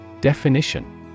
Definition